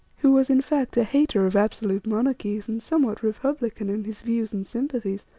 who was, in fact, a hater of absolute monarchies and somewhat republican in his views and sympathies,